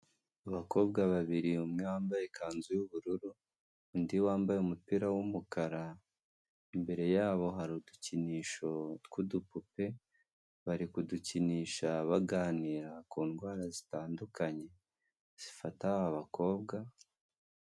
Abakobwa babiri umwe wambaye ikanzu y'ubururu undi wambaye umupira wumukara imbere yabo hari udukinisho tw'udupupe bari kudukinisha baganira ku ndwara zitandukanye zifata abakobwa.